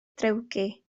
drewgi